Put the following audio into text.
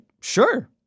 sure